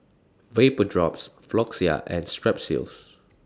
Vapodrops Floxia and Strepsils